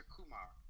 Kumar